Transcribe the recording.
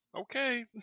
Okay